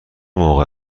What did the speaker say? موقع